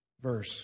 verse